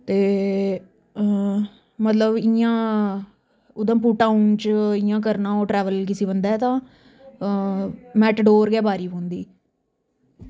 ते मतलब इ'यां उधमपुर टाऊन च इ'यां करना हो ट्रैवल किसी बंदै तां मैटाडोर गै बारी पौंदी